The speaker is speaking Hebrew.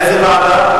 איזו ועדה?